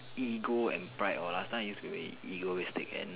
ego and pride all last time I used to be egoistic and